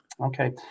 Okay